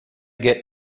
get